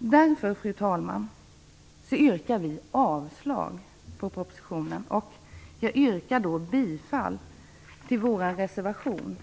Därför, fru talman, yrkar vi avslag på propositionen. Jag yrkar bifall till vår reservation.